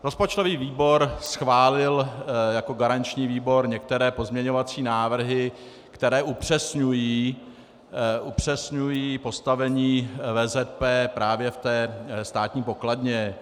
Rozpočtový výbor schválil jako garanční výbor některé pozměňovací návrhy, které upřesňují postavení VZP právě v té státní pokladně.